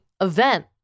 event